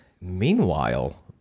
meanwhile